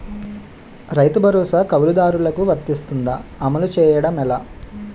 రైతు భరోసా కవులుదారులకు వర్తిస్తుందా? అమలు చేయడం ఎలా